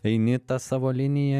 eini ta savo linija